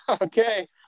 okay